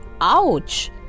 Ouch